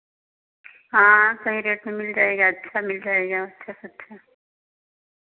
हाँ सही रेट में मिल जाएगा अच्छा मिल जाएगा अच्छा से अच्छा